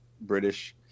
British